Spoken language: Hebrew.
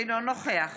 אינו נוכח